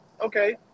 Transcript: Okay